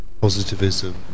positivism